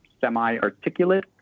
semi-articulate